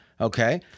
okay